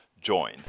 join